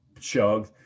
chug